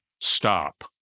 stop